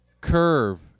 Curve